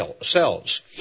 cells